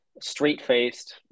straight-faced